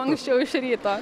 anksčiau iš ryto